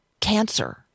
cancer